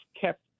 kept